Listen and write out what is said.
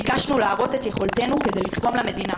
ביקשנו להראות את יכולתנו כדי לתרום למדינה.